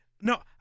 No